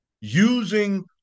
using